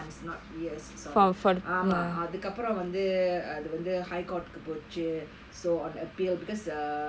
years sorry ஆமா அதுக்கு அப்புறம் அது வந்து:aamaa athukku appuram vanthu athu vanthu uh high court போச்சு:pochu so on appeal because uh